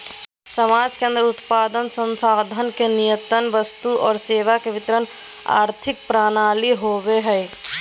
समाज के अन्दर उत्पादन, संसाधन के नियतन वस्तु और सेवा के वितरण आर्थिक प्रणाली होवो हइ